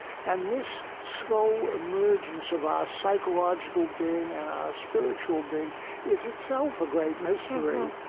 and this slow emergence of our psychological being and our spiritual being is itself a great mystery.